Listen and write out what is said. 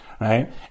Right